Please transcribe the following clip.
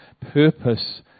purpose